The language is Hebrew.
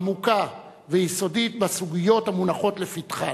עמוקה ויסודית בסוגיות המונחות לפתחן,